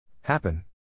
Happen